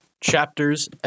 Chapters